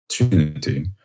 opportunity